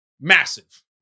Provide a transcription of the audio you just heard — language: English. massive